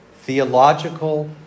theological